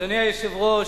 אדוני היושב-ראש,